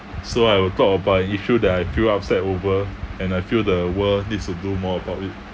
so I will talk about an issue that I feel upset over and I feel the world needs to do more about it